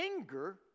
anger